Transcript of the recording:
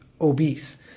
obese